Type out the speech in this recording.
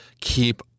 keep